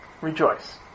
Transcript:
Rejoice